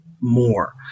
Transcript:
more